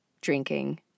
drinking